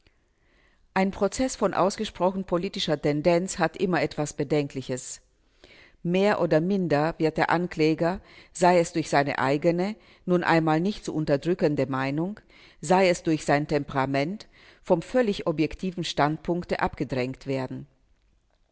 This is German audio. ein prozeß von ausgesprochen politischer tendenz hat immer etwas bedenkliches mehr oder minder wird der ankläger sei es durch seine eigene nun einmal nicht zu unterdrückende meinung sei es durch sein temperament vom völlig objektiven standpunkte abgedrängt werden